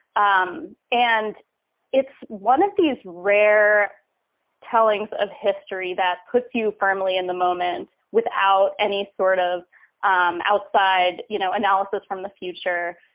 um and it's one of these rare tellings of history that puts you firmly in the moment without any sort of um outside you know analysis from the future.